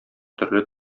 төрле